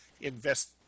invest